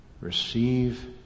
receive